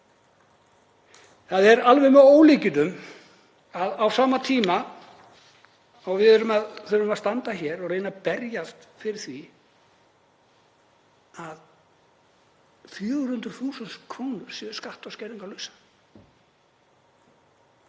Það er alveg með ólíkindum að á sama tíma og þurfum við að standa hér og reyna að berjast fyrir því að 400.000 kr. séu skatta- og skerðingarlausar.